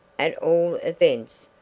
at all events,